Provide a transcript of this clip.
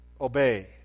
obey